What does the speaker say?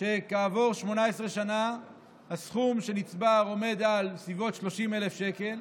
שכעבור 18 שנה הסכום שנצבר עומד על סביבות 30,000 שקל,